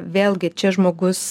vėlgi čia žmogus